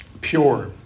Pure